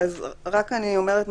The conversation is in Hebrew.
אז רק אני אומרת,